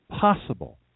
Possible